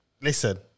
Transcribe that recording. Listen